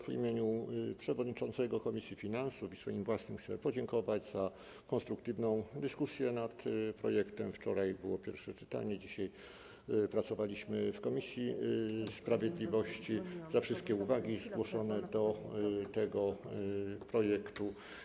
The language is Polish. W imieniu przewodniczącego komisji finansów i swoim własnym chcę podziękować za konstruktywną dyskusję nad projektem - wczoraj było pierwsze czytanie, dzisiaj pracowaliśmy w komisji sprawiedliwości - za wszystkie uwagi zgłoszone do tego projektu.